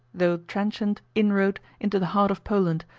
though transient, inroad into the heart of poland,